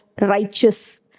righteous